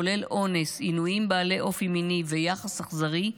כולל אונס, עינויים בעלי אופי מיני ויחס אכזרי,